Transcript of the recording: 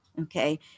okay